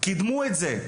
קידמו את זה,